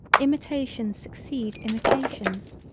imitation succeed imitations.